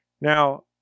now